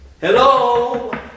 hello